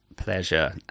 pleasure